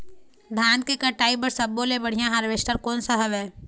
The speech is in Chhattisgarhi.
धान के कटाई बर सब्बो ले बढ़िया हारवेस्ट कोन सा हवए?